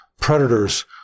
predators